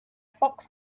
fox